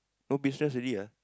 no business already ah